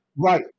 Right